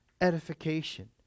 edification